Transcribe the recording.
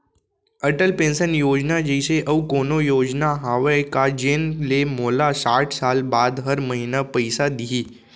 Atal pension Yojana जइसे अऊ कोनो योजना हावे का जेन ले मोला साठ साल बाद हर महीना पइसा दिही?